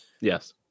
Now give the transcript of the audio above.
Yes